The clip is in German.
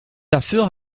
dafür